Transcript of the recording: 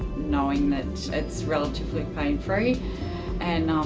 knowing that it's relatively pain free and